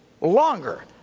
longer